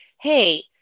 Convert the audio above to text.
hey